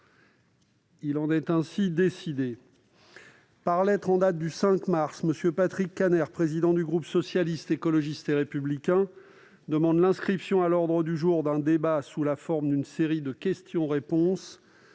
Il en est ainsi décidé. Par lettre en date du 5 mars 2021, M. Patrick Kanner, président du groupe Socialiste, Écologiste et Républicain, demande l'inscription à l'ordre du jour d'un débat sous la forme d'une série de questions-réponses